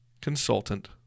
consultant